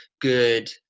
good